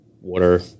water